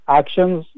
actions